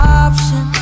option